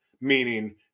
meaning